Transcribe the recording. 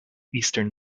eastern